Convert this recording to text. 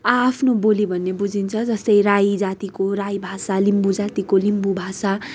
आआफ्नो बोली भन्ने बुझिन्छ जस्तै राई जातिको राई भाषा लिम्बु जातिको लिम्बु भाषा तामङ